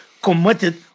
committed